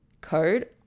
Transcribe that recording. code